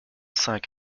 cinq